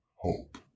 hope